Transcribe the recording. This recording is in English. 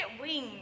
wings